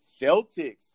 Celtics